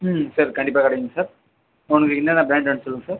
ம் சார் கண்டிப்பாக கிடைக்கும் சார் உங்களுக்கு என்னென்ன ப்ராண்ட் வேணும் சொல்லுங்கள் சார்